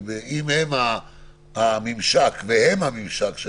כי אם הם הממשק שלכם